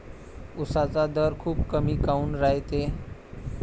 उसाचा दर खूप कमी काऊन रायते?